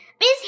Miss